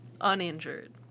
uninjured